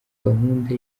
gahunda